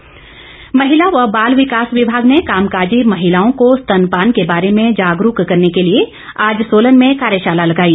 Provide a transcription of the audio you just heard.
कार्य शाला महिला व बाल विकास विभाग ने कामकाजी महिलाओं को स्तनपान के बारे में जागरूक करने के लिए आज सोलन में कार्यशाला लगाई